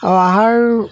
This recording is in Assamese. আৰু আহাৰ